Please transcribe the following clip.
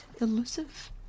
elusive